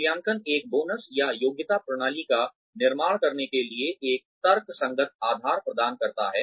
मूल्यांकन एक बोनस या योग्यता प्रणाली का निर्माण करने के लिए एक तर्कसंगत आधार प्रदान करता है